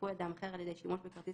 וזיכוי אדם אחר על ידי שימוש בכרטיס